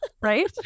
Right